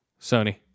Sony